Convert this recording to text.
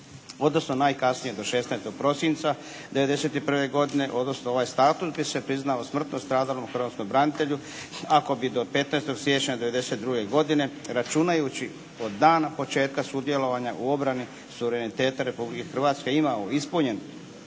odnosno najkasnije do 16. prosinca '91. godine, odnosno ovaj status gdje se priznalo smrtno stradalom hrvatskom branitelju ako bi do 15. siječnja '92. godine računajući od dana početka sudjelovanja u obrani suvereniteta Republike Hrvatske imao ispunjen